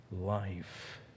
life